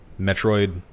Metroid